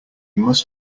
must